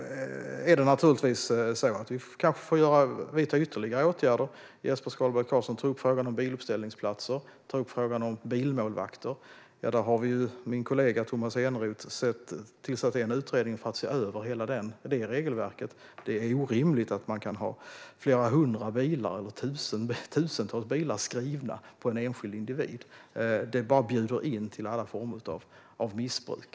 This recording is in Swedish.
Vi får kanske vidta ytterligare åtgärder. Jesper Skalberg Karlsson tog upp frågorna om biluppställningsplatser och bilmålvakter. Min kollega Tomas Eneroth har tillsatt en utredning för att se över hela det regelverket. Det är orimligt att man kan ha flera hundra bilar eller tusentals bilar skrivna på en enskild individ. Det bjuder in till alla former av missbruk.